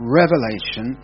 revelation